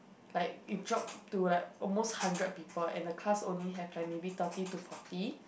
like it dropped to like almost hundred people and the class only have like maybe thirty to forty